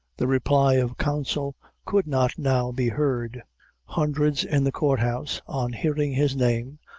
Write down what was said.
the reply of counsel could not now be heard hundreds in the court house, on hearing his name,